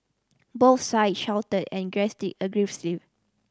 both sides shouted and aggressive